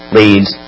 leads